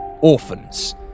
orphans